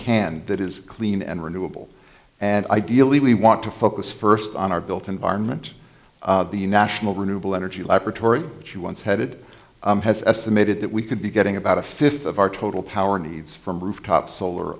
can that is clean and renewable and ideally we want to focus first on our built environment the national renewable energy laboratory which you once headed has estimated that we could be getting about a fifth of our total power needs from rooftop solar